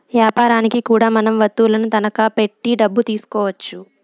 యాపారనికి కూడా మనం వత్తువులను తనఖా పెట్టి డబ్బు తీసుకోవచ్చు